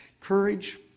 Courage